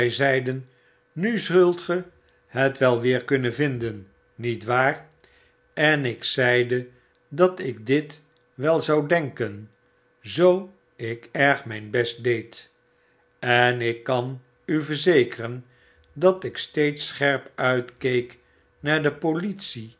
zyzeiden nu zultge het wel weer kunnen vinden niet waar en ik zeide dat ik dit wel zou denken zoo ik erg myn best deed en ik kan u verzekeren dat ik steeds scherp uitkeek naar de politie